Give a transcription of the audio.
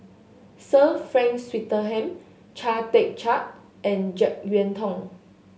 Sir Frank Swettenham Chia Tee Chiak and Jek Yeun Thong